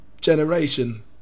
generation